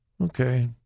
okay